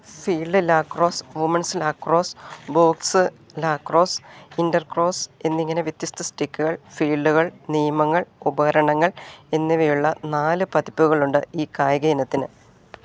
field lacrosse women's lacrosse box lacrosse intercross എന്നിങ്ങനെ വ്യത്യസ്ത സ്റ്റിക്കുകൾ ഫീൽഡുകള് നിയമങ്ങൾ ഉപകരണങ്ങൾ എന്നിവയുള്ള നാല് പതിപ്പുകളുണ്ട് ഈ കായികയിനത്തിന്